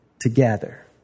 together